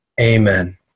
Amen